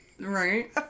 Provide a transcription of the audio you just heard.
right